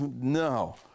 No